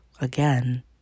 again